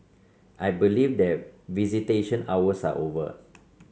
I believe that visitation hours are over